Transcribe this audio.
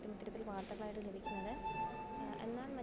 ഇത്തരത്തിൽ വാർത്തകളായിട്ടും ലഭിക്കുന്നത് എന്നാൽ